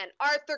Arthur